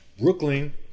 Brooklyn